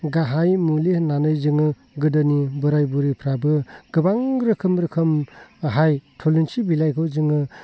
गाहाय मुलि होननानै जोङो गोदोनि बोराय बुरिफ्राबो गोबां रोखोम रोखोमै थुलुंसि बिलाइखौ जोङो